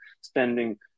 spending